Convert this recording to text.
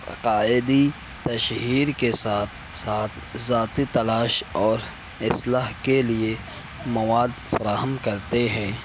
عقائدی تشہیر کے ساتھ ساتھ ذاتی تلاش اور اصلاح کے لیے مواد فراہم کرتے ہیں